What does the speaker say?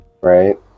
Right